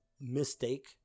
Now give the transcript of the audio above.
Mistake